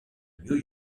new